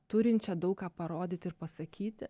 turinčią daug ką parodyt ir pasakyti